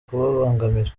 kubabangamira